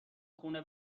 خونه